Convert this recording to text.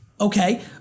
Okay